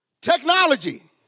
Technology